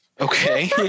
Okay